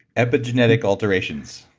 epigenetic alterations.